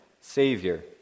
Savior